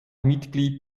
mitglied